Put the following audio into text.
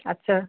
আচ্ছা